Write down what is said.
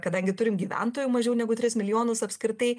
kadangi turim gyventojų mažiau negu tris milijonus apskritai